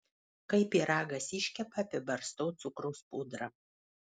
kai pyragas iškepa apibarstau cukraus pudra